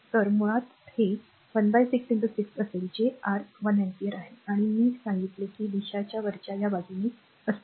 तर मुळात हे 16 6 असेल जे r 1 एम्पीअर आहे आणि मी सांगितले की दिशा वरच्या या बाजूने आहे